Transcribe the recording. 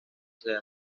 sea